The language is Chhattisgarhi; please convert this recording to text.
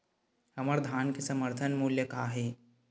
हमर धान के समर्थन मूल्य का हे?